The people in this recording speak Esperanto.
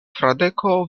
fradeko